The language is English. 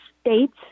states